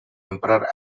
emperor